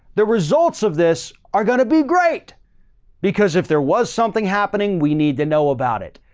the results of this are going to be great because if there was something happening, we need to know about it.